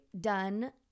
done